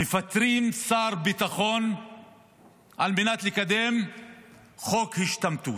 מפטרים שר ביטחון על מנת לקדם חוק השתמטות.